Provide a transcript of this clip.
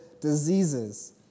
diseases